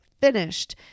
finished